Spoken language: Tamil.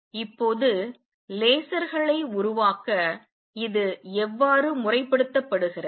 இப்போது லேசர்களை உருவாக்க இது எவ்வாறு முறைப்படுத்தப்படுகிறது